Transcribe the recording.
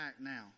now